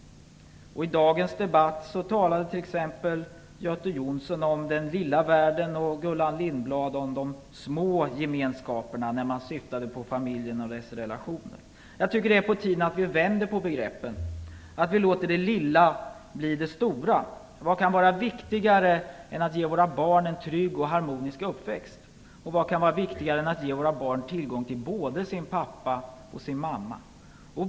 I dagens debatt talade t.ex. Göte Jonsson om den lilla världen och Gullan Lindblad om de små gemenskaperna när de syftade på familjen och dess relationer. Jag tycker att det är på tiden att vi vänder på begreppen, att vi låter det lilla bli det stora. Vad kan vara viktigare än att ge våra barn en trygg och harmonisk uppväxt? Vad kan vara viktigare än att ge våra barn tillgång till både sin pappa och sin mamma?